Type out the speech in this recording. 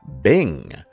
Bing